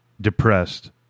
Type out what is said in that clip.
depressed